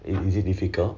is it difficult